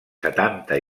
setanta